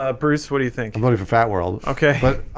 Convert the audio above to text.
ah bruce. what do you think voting for fat world okay?